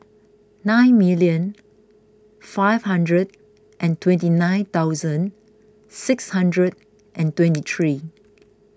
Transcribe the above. nine million five hundred and twenty nine thousand six hundred and twenty three